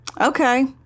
Okay